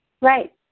Right